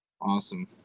Awesome